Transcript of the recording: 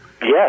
Yes